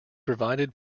provided